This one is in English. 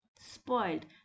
spoiled